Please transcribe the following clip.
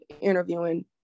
interviewing